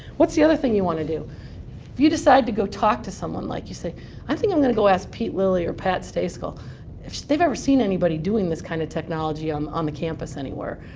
what's the other thing you want to do? if you decide to go talk to someone, like you say i think i'm going to go ask pete lilly or pat stejskal if they've ever seen anybody doing this kind of technology um on the campus anywhere.